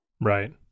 Right